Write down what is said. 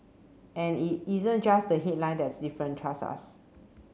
and it isn't just the headline that's different trust us